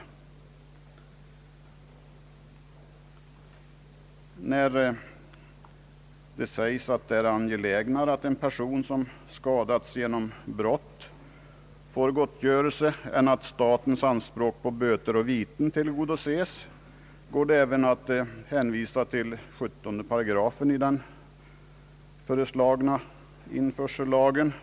När det sägs att det är angelägnare att en person som skadats genom brott får gottgörelse än att statens anspråk rå böter och viten tillgodoses, vill jag hänvisa till 17 § i den föreslagna införsellagen.